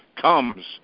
comes